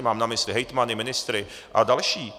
Mám na mysli hejtmany, ministry a další.